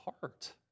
heart